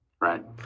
Right